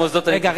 רגע,